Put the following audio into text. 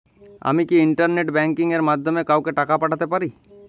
আমি কি internet banking এর মাধ্যমে কাওকে টাকা পাঠাতে পারি?